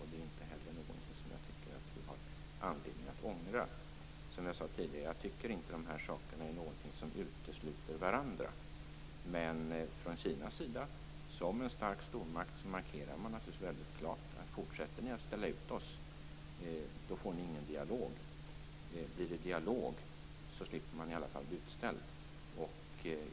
Det är inte heller någonting som jag tycker att vi har anledning att ångra. Som jag sade tidigare tycker jag inte att de här sakerna utesluter varandra. Men från Kinas sida markerar man, som en stark stormakt, naturligtvis väldigt klart att om vi fortsätter att ställa ut landet så får vi ingen dialog. Blir det dialog så slipper man i alla fall bli utställd.